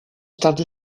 tarde